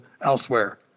elsewhere